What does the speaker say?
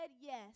yes